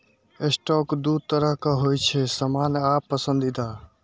stock दू तरहक होइ छै, सामान्य आ पसंदीदा